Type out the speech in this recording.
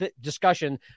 discussion